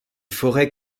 forêts